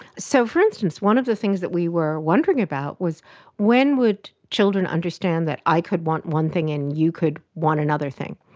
so, for instance, one of the things that we were wondering about was when would children understand that i could want one thing and you could want another thing?